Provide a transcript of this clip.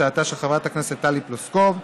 הצעתה של חברת הכנסת טלי פלוסקוב,